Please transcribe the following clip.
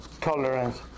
tolerance